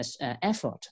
effort